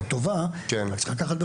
הם העלו את זה